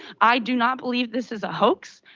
i do not believe this is a hoax,